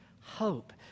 hope